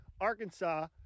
Arkansas